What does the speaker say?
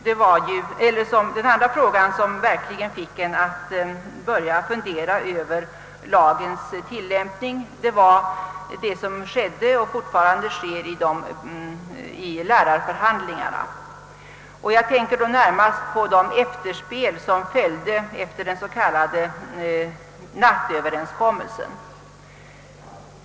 Det andra, som verkligen fick en att börja fundera över lagens tillämpning, var det som skedde och fortfarande sker i lärarförhandlingarna. Jag tänker då närmast på efterspelet till den s.k. nattöverenskommelsen.